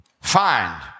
Find